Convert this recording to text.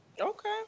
Okay